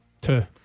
Two